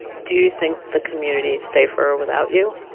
do you think the community's safer without you?